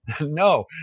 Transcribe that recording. No